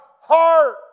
heart